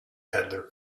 peddler